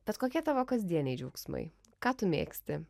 bet kokie tavo kasdieniai džiaugsmai ką tu mėgsti